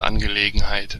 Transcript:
angelegenheit